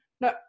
no